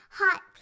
hot